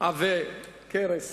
עבי כרס